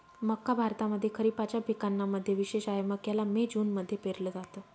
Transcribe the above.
मक्का भारतामध्ये खरिपाच्या पिकांना मध्ये विशेष आहे, मक्याला मे जून मध्ये पेरल जात